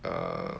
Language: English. err